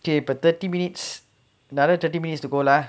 okay per thirty minutes another twenty minutes to go lah